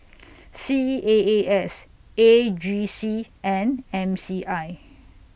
C A A S A G C and M C I